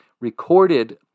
recorded